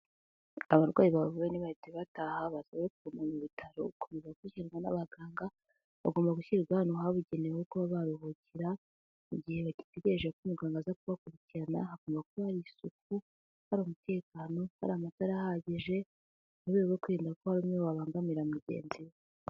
Abarwayi bavuwe ntibahite bataha baza kuguma mu bitaro gukomeza gukurikiranwa n'abaganga ,bagomba gushyirwa ahantu habugenewe kuba baruhukira mu gihe bategereje ko muganga aza kubakurikirana, hagomba kuba hari isuku, hari umutekano ,hari amatara ahagije ,mu rwego rwo kwirinda ko ari bamwe babangamira mugenzi we.